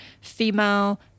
female